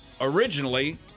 originally